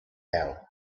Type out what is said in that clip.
hell